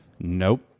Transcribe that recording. Nope